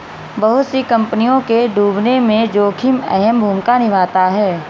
बहुत सी कम्पनियों के डूबने में जोखिम अहम भूमिका निभाता है